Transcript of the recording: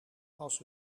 als